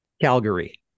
Calgary